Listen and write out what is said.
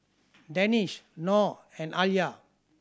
Danish Noh and Alya